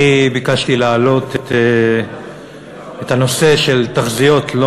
אני ביקשתי להעלות את הנושא של תחזיות לא